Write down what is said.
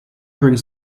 brings